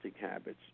habits